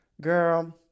Girl